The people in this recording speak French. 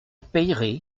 payerai